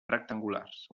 rectangulars